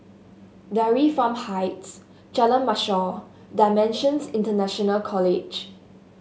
Dairy Farm Heights Jalan Mashor Dimensions International College